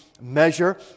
measure